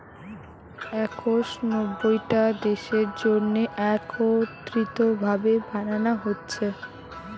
একশ নব্বইটা দেশের জন্যে একত্রিত ভাবে বানানা হচ্ছে